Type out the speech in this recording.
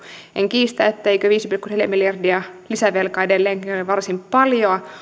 en kiistä etteikö viisi pilkku neljä miljardia lisävelkaa edelleenkin ole varsin paljon